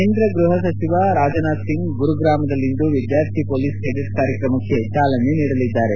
ಕೇಂದ್ರ ಗೃಹ ಸಚಿವ ರಾಜನಾಥ್ಸಿಂಗ್ ಗುರುಗ್ರಮದಲ್ಲಿಂದು ವಿದ್ಯಾರ್ಥಿ ಪೊಲೀಸ್ ಕೆಡೆಟ್ ಕಾರ್ಯಕ್ರಮಕ್ಕೆ ಚಾಲನೆ ನೀಡಲಿದ್ದಾರೆ